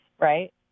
Right